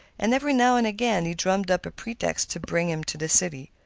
and every now and again he drummed up a pretext to bring him to the city.